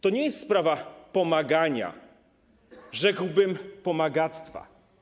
To nie jest sprawa pomagania, rzekłbym: pomagactwa.